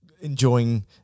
Enjoying